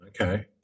Okay